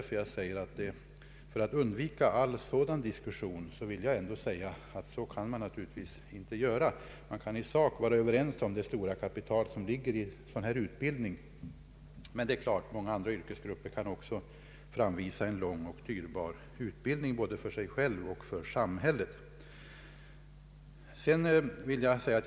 För att undvika all sådan diskussion vill jag framhålla att så kan man naturligtvis inte göra. Man kan i sak vara överens om det stora kapital som ligger i sådan här utbildning, men självklart kan många andra kategorier också framvisa en lång utbildning som varit dyrbar både för vederbörande själva och för samhället.